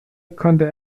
konnte